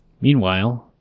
Meanwhile